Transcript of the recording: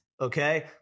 okay